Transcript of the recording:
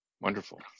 Wonderful